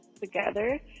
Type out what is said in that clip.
together